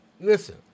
Listen